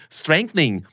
strengthening